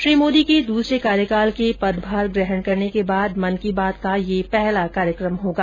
श्री मोदी के दूसरे कार्यकाल के पदभार ग्रहण करने के बाद मन की बात का यह पहला कार्यक्रम होगा